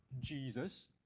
Jesus